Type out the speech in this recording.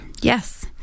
Yes